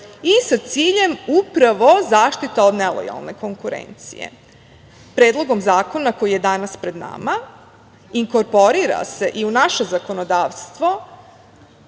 sa ciljem upravo zaštite od nelojalne konkurencije. Predlogom zakona koji je danas pred nama inkorporira se i u naše zakonodavstvo